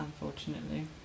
unfortunately